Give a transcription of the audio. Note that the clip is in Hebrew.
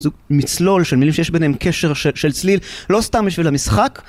זה מצלול של מילים שיש ביניהם קשר של צליל לא סתם בשביל המשחק